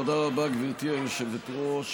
תודה רבה, גברתי היושבת-ראש.